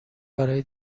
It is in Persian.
برای